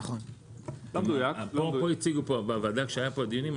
כשהיו פה דיונים,